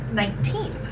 nineteen